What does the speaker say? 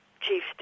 chief